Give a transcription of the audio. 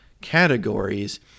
categories